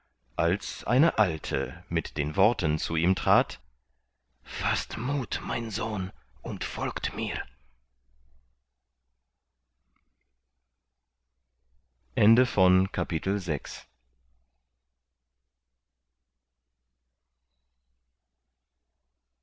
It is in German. als eine alte mit den worten zu ihm trat faßt muth mein sohn und folgt mir